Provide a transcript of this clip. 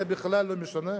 זה בכלל לא משנה.